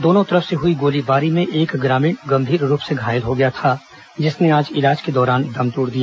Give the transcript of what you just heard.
दोनों तरफ से हुई गोलीबारी में एक ग्रामीण गंभीर रूप से घायल हो गया था जिसने आज इलाज के दौरान दम तोड़ दिया